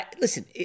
listen